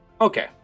Okay